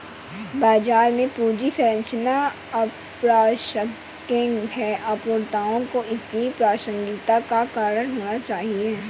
बाजार में पूंजी संरचना अप्रासंगिक है, अपूर्णताओं को इसकी प्रासंगिकता का कारण होना चाहिए